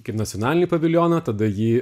kaip nacionalinį paviljoną tada jį